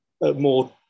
more